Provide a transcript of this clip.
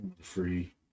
Free